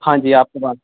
ہاں جی آپ